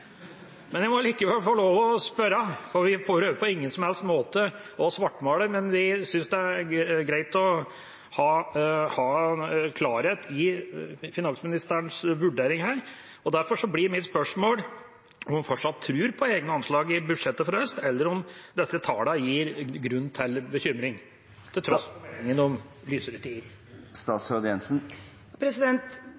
Vi prøver på ingen måte å svartmale, men vi synes det er greit å få klarhet i finansministerens vurdering her. Derfor blir mitt spørsmål om hun fortsatt tror på egne anslag i budsjettet fra i høst, eller om disse tallene gir grunn til bekymring, til tross for meldingen om